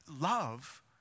Love